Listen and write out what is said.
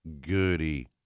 goody